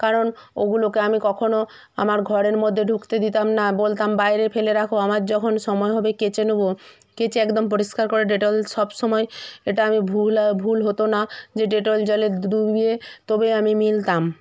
কারণ ওগুলোকে আমি কখনো আমার ঘরের মধ্যে ঢুকতে দিতাম না বলতাম বাইরে ফেলে রাখো আমার যখন সময় হবে কেচে নোবো কেচে একদম পরিষ্কার করে ডেটল সব সময় এটা আমি ভুল ভুল হতো না যে ডেটল জলে দুবিয়ে তবে আমি মিলতাম